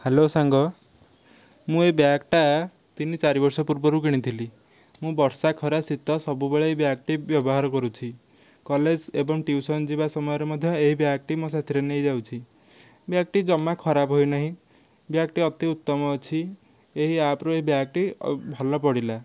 hello ସାଙ୍ଗ ମୁଁ ଏଇ ବ୍ୟାଗ୍ଟା ତିନି ଚାରିବର୍ଷ ପୂର୍ବରୁ କିଣିଥିଲି ମୁଁ ବର୍ଷା ଖରା ଶୀତ ସବୁବେଳେ ଏଇ ବ୍ୟାଗ୍ଟି ବ୍ୟବହାର କରୁଛି କଲେଜ ଏବଂ ଟିଉସନ୍ ଯିବା ସମୟରେ ମଧ୍ୟ ଏହି ବ୍ୟାଗ୍ଟି ମୋ ସାଥିରେ ନେଇଯାଉଛି ବ୍ୟାଗ୍ଟି ଜମା ଖରାପ ହୋଇନାହିଁ ବ୍ୟାଗ୍ଟି ଅତି ଉତ୍ତମ ଅଛି ଏହି ଆପ୍ରୁ ଏହି ବ୍ୟାଗ୍ଟି ଭଲ ପଡ଼ିଲା